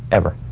ever.